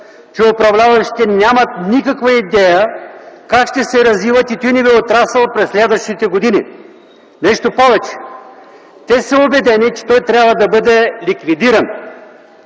че управляващите нямат никаква идея как ще се развива тютюневият отрасъл през следващите години. Нещо повече – те са убедени, че той трябва да бъде ликвидиран.